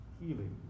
healing